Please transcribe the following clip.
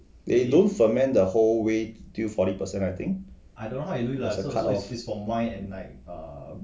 they don't ferment the whole way till forty percent I think